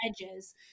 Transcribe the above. edges